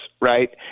right